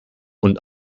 und